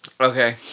Okay